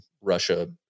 Russia